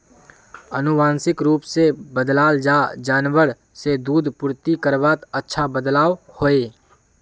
आनुवांशिक रूप से बद्लाल ला जानवर से दूध पूर्ति करवात अच्छा बदलाव होइए